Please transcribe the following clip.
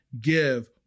give